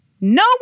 no